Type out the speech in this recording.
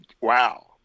wow